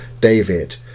David